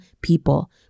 people